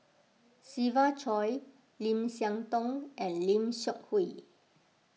Siva Choy Lim Siah Tong and Lim Seok Hui